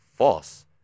False